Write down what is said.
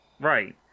Right